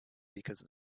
because